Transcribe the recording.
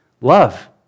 Love